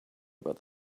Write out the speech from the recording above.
about